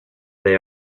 they